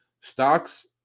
Stocks